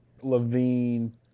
Levine